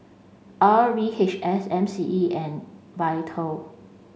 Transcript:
R V H S M C E and VITAL